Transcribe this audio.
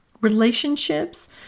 relationships